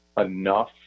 enough